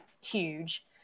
huge